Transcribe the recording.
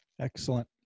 Excellent